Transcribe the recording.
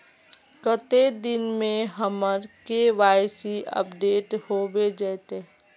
कते दिन में हमर के.वाई.सी अपडेट होबे जयते?